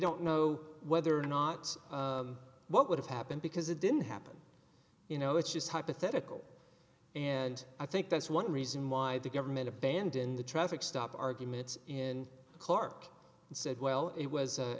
don't know whether or not what would have happened because it didn't happen you know it's just hypothetical and i think that's one reason why the government abandoned the traffic stop arguments in clark and said well it was a